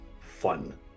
fun